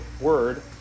word